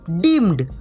deemed